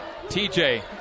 TJ